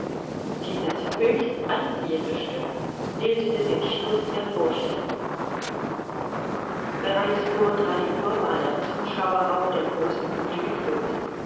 dieses höchst anziehende stück bildete den schluß der vorstellungen bereits vor drei uhr war der zuschauerraum der großen bude gefüllt